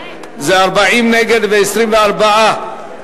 זה 40 נגד ו-24 בעד.